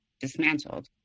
dismantled